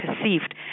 perceived